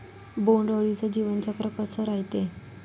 बोंड अळीचं जीवनचक्र कस रायते?